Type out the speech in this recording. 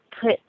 put